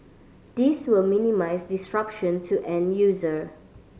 this will minimise disruption to end user